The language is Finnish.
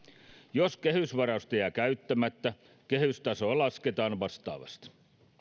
jos kehysvarausta jää käyttämättä kehystasoa lasketaan vastaavasti